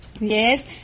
Yes